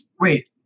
wait